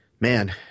man